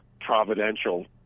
providential